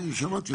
אני שמעתי אותך.